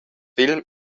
film